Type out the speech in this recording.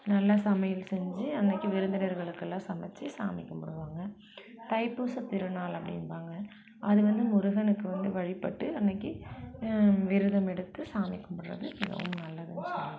நல்லா சமையல் செஞ்சு அன்னைக்கு விருந்தினர்களுக்கு எல்லாம் சமைச்சி சாமி கும்பிடுவாங்க தை பூச திருநாள் அப்படிம்பாங்க அது வந்து முருகனுக்கு வந்து வழிபட்டு அன்னைக்கி விரதம் எடுத்து சாமி கும்புடுறது மிகவும் நல்லதுன்னு சொல்லலாம்